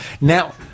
Now